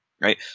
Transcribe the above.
right